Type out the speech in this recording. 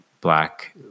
black